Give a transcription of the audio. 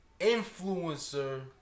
influencer